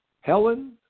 Helen